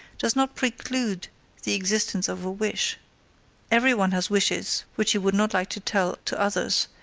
does not preclude the existence of a wish every one has wishes which he would not like to tell to others,